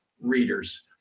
readers